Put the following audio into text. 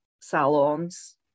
salons